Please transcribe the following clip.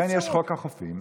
לכן יש חוק החופים,